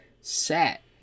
set